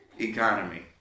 economy